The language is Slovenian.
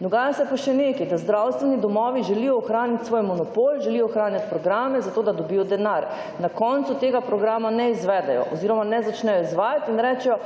Dogaja se pa še nekaj, da zdravstveni domovi želijo ohraniti svoj monopol, želijo ohranjati programe zato, da dobijo denar. Na koncu tega programa ne izvedejo oziroma ne začnejo izvajati in rečejo